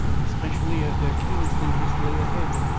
especially as their keenest interest lay ahead,